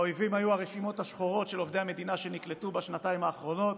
האויבים היו הרשימות השחורות של עובדי המדינה שנקלטו בשנתיים האחרונות